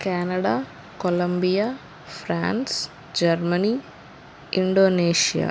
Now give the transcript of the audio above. Canada Columbia France Germany Indonesia